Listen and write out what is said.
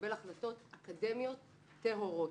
לקבל החלטות אקדמיות טהורות.